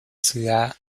ciudad